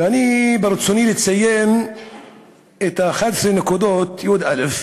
ואני, ברצוני לציין את 11 הנקודות, י"א,